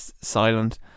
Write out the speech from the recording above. silent